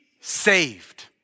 saved